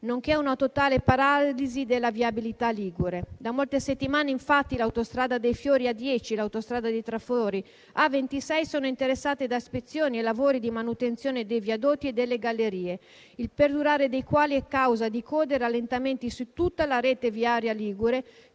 nonché ad una totale paralisi della viabilità ligure: da molte settimane, infatti, l'Autostrada dei Fiori (A10) e l'Autostrada dei Trafori (A26) sono interessate da ispezioni e lavori di manutenzione dei viadotti e delle gallerie, il perdurare dei quali è causa di code e rallentamenti su tutta la rete viaria ligure,